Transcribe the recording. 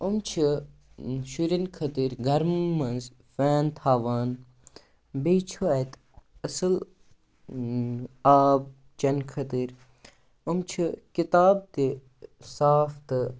یِم چھِ شُرٮ۪ن خٲطر گَرمہٕ منٛز فین تھاوان بیٚیہِ چھُ اَتہِ اَصٕل آب چَنہٕ خٲطٕر یِم چھِ کِتاب تہِ صاف تہٕ